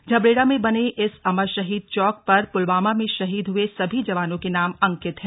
झबरेड़ा में बने इस अमर शहीद चौक पर पुलवामा में शहीद हुए सभी जवानों के नाम अंकित हैं